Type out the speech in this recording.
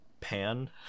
Pan